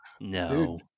No